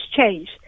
change